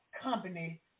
company